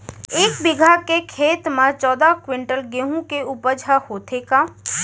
एक बीघा खेत म का चौदह क्विंटल गेहूँ के उपज ह होथे का?